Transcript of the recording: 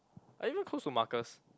are you even close to Marcus